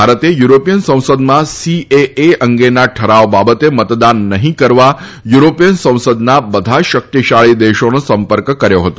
ભારતે યુરોપીયન સંસદમાં સીએએ અંગેના ઠરાવ બાબતે મતદાન નહી કરવા યુરોપીયન સંસદના બધા જ શકિતશાળી દેશોનો સંપર્ક કર્યો હતો